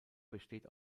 besteht